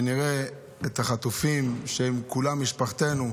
-- ונראה את החטופים, שהם כולם משפחתנו,